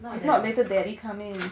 if not later daddy come in